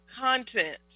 content